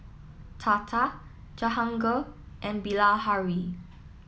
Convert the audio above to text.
Tata Jahangir and Bilahari